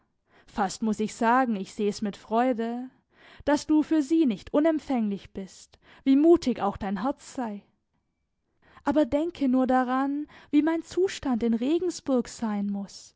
fast muß ich sagen ich seh's mit freude daß du für sie nicht unempfänglich bist wie mutig auch dein herz sei aber denke nur daran wie mein zustand in regensburg sein muß